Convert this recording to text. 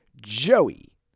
Joey